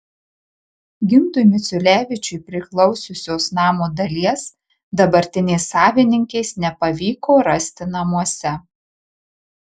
gintui miciulevičiui priklausiusios namo dalies dabartinės savininkės nepavyko rasti namuose